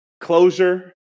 closure